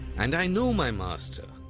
and i know my master,